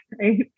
right